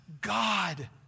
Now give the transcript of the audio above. God